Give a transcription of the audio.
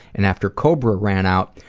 and after cobra ran out,